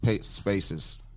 spaces